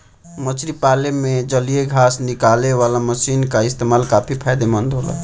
मछरी पाले में जलीय घास निकालेवाला मशीन क इस्तेमाल काफी फायदेमंद होला